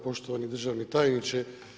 Poštovani državni tajniče.